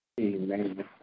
Amen